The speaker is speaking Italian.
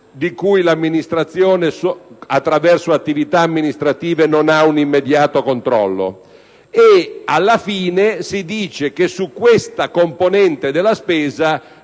di cui l'amministrazione attraverso attività amministrative non ha un immediato controllo e, alla fine, si prevede che su questa componente della spesa